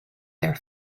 their